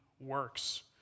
works